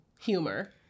humor